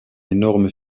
énorme